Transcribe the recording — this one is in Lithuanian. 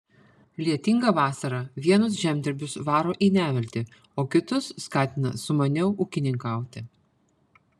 lietinga vasara vienus žemdirbius varo į neviltį o kitus skatina sumaniau ūkininkauti